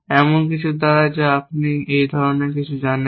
এমন কিছু দ্বারা যা আপনি এই ধরণের কিছু জানেন